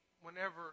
whenever